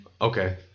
Okay